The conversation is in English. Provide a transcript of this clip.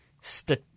stat